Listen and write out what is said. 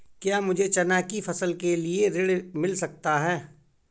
क्या मुझे चना की फसल के लिए ऋण मिल सकता है?